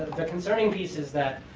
the concerning piece is that